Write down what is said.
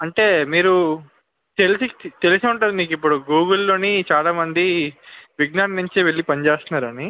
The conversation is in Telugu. అంటే మీరు తెలిసి తెలిసే ఉంటుంది మీకు ఇప్పుడు గూగుల్లోని చాలా మంది విజ్ఞాన్ నుంచే వెళ్ళి పని చేస్తున్నారని